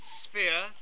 sphere